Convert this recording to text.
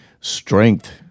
strength